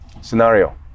scenario